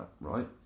right